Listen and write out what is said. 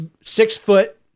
six-foot